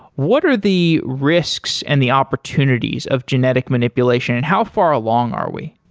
what are the risks and the opportunities of genetic manipulation and how far along are we?